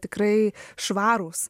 tikrai švarūs